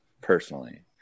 personally